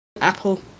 Apple